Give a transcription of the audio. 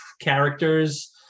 characters